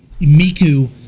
Miku